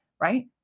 right